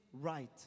right